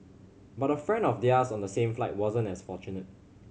but a friend of theirs on the same flight wasn't as fortunate